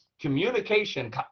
communication